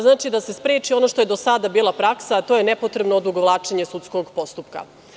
Znači, da se spreči ono što je do sada bila praksa, a to je nepotrebno odugovlačenje sudskog postupka.